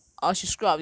is it cause